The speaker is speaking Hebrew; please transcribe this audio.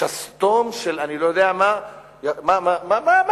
שסתום של אני לא יודע מה מה העניין?